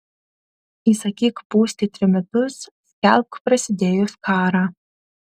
įsakyk pūsti trimitus skelbk prasidėjus karą